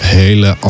hele